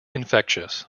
infectious